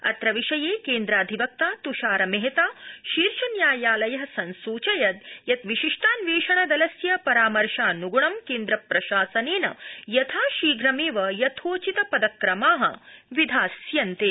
अत्र विषये केन्द्राधिवक्ता त्षार मेहता शीर्षन्यायालयं संसूचितान् यत् विशिष्टान्वेषणदलस्य परामर्शान्ग्णं केन्द्रप्रशासनेन यथाशीघ्रमेव यथोचित पदक्रमा विधास्यन्ते